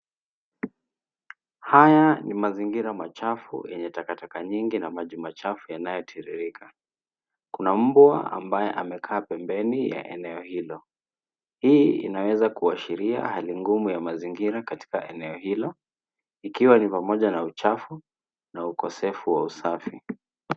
Haya ni mazingira machafu yenye takataka nyingi na maji machafu yanayotiririka. Kuna mbwa ambaye amekaa pembeni ya eneo hilo. Hii inaweza kuashiria hali ngumu ya mazingira katika eneo hilo, ikiwa ni pamoja na uchafu na ukosefu wa usafi.